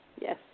yes